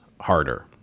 harder